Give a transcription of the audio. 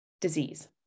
disease